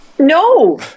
No